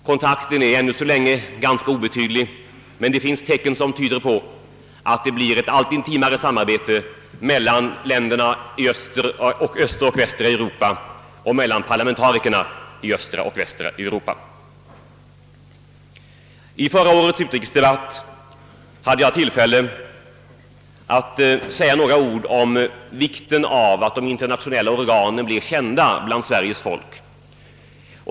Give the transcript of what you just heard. Kontakten är ännu så länge ganska obetydlig, men det finns tecken som tyder på ett allt intimare samarbete mellan länderna och mellan parlamentarikerna i östra och västra Europa. I fjolårets utrikesdebatt hade jag tillfälle att säga några ord om vikten av att de internationella organen blir kända bland Sveriges folk.